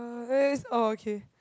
uh eh oh okay